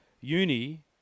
uni